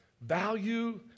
Value